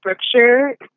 scripture